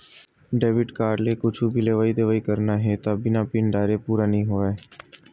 debit card ले कुछु भी लेवइ देवइ करना हे त बिना पिन डारे पूरा नइ होवय